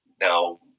now